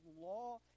law